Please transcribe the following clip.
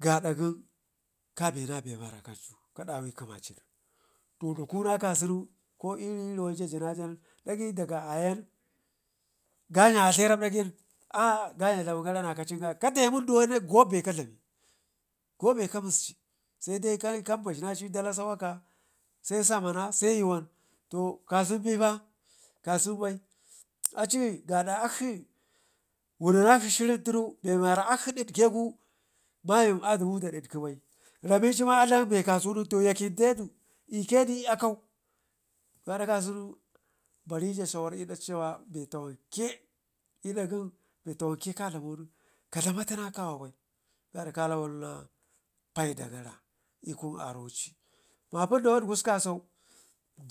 gada gən kabina be wara kancu kadewa gəma ci nen to runa kasunu ko l'ri ruwai nen jajinajan igi dag ayan gyanya a dlayi dlamin gare nakacinganai l'munduwa kaɗe mundluwo nen gobeka dlami gobe ka misci se dai kan bashinaci dalasa waka se samana seyuwan to kasen bepa kasen ba aci gaada akshi wunu nakshi shirin tunu be mwara akshi did kegu mayən adumu da didke bai, ramici ma adlam be kasu tunu to yakəntedu l'kədu l'akau gaada kasunu barija shawar l'dak cewa be tawanke l'da gən be tawanke ka dlamo nen ka dlamatu na kawa bai gaadaka lawan na paida gara l'kun aroci mapindawad kusƙu kasau